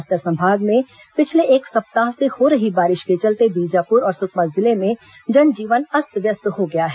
बस्तर संभाग में पिछले एक सप्ताह से हो रही बारिश के चलते बीजापुर और सुकमा जिले में जनजीवन अस्त व्यस्त हो गया है